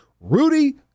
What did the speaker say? Rudy